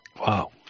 Wow